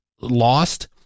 lost